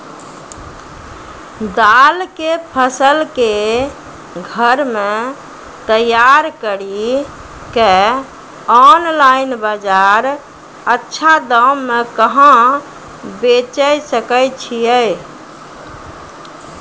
दाल के फसल के घर मे तैयार कड़ी के ऑनलाइन बाहर अच्छा दाम मे कहाँ बेचे सकय छियै?